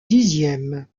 dixième